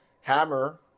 Hammer